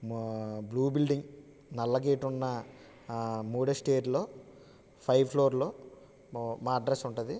మా blue building నల్ల gate ఉన్న ఆ మూడో స్టేర్లో ఫైవ్ ఫ్లోర్లో మా అడ్రస్ ఉంటుంది